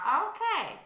okay